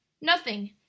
Nothing